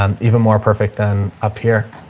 um even more perfect than up here.